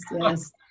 yes